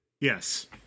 Yes